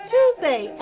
Tuesday